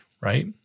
right